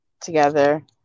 together